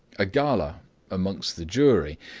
a galah amongst the jury,